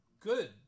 good